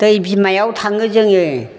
दै बिमायाव थाङो जोंङो